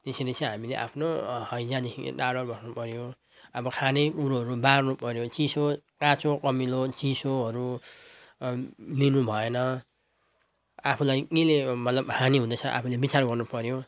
त्यसरी चाहिँ हामीले आफ्नो हैजादेखि टाढो बस्नुपर्यो अब खानेकुरोहरू बार्नुपर्यो चिसो काँचो अमिलो चिसोहरू लिनुभएन आफूलाई केले मतलब हानि हुँदैछ आफूले विचार गर्नुपर्यो